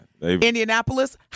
Indianapolis